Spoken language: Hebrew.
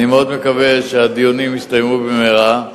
אני מאוד מקווה שהדיונים יסתיימו במהרה,